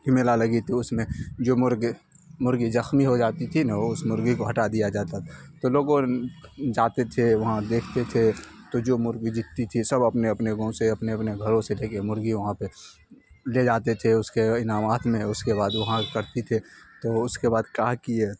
میلہ لگی تھی اس میں جو مرغ مرغ جخمی ہو جاتی تھی نا وہ اس مرغی کو ہٹا دیا جاتا تو لوگ جاتے تھے وہاں دیکھتے تھے تو جو مرغی جیتتی تھی سب اپنے اپنے گاؤں سے اپنے اپنے گھروں سے لے کے مرغی وہاں پہ لے جاتے تھے اس کے انعامات میں اس کے بعد وہاں کرتی تھے تو وہ اس کے بعد کہا کہ یہ